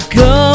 go